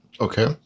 Okay